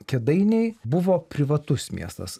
kėdainiai buvo privatus miestas